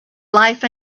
life